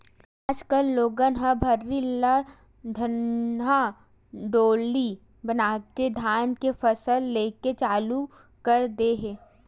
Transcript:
आज कल लोगन ह भर्री ल धनहा डोली बनाके धान के फसल लेके चालू कर दे हे